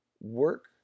work